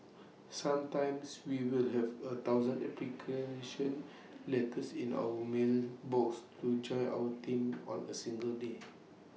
sometimes we will have A thousand application letters in our mail box to join our team on A single day